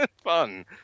fun